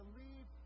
leave